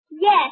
Yes